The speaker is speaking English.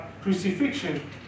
crucifixion